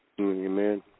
Amen